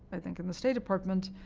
i think in the state department,